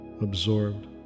absorbed